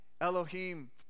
Elohim